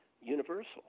Universal